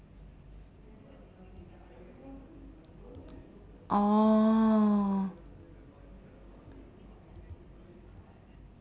oh